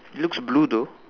looks blue though